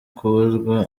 kubuzwa